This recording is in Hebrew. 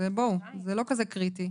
בואו, זה לא כזה קריטי,